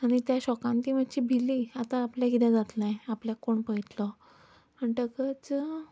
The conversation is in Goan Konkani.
आनी त्या शॉकांत ती मातशी भिली आतां आपलें कितें जातलें आपल्याक कोण पळयतलो म्हणटकच